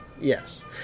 yes